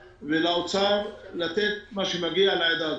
ולאוצר לתת את מה שמגיע לעדה הדרוזית.